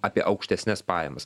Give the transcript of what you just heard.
apie aukštesnes pajamas